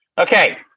Okay